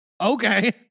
Okay